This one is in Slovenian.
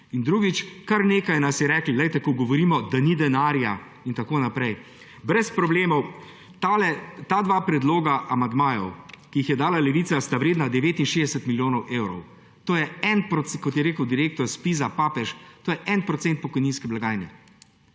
drugič, kar nekaj nas je reklo; ko govorimo, da ni denarja in tako naprej, brez problemov, ta dva predloga amandmajev, ki jih dala Levica, sta vredna 69 milijonov evrov. Kot je rekel direktor ZPIZ-a Papež, to je 1 % pokojninske blagajne.